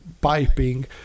piping